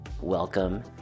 Welcome